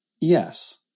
Yes